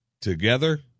together